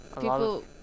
people